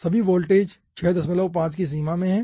सभी वोल्टेज 65 की सीमा में हैं